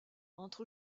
entre